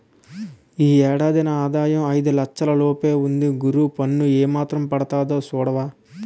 ఈ ఏడు నా ఆదాయం ఐదు లచ్చల లోపే ఉంది గురూ పన్ను ఏమాత్రం పడతాదో సూడవా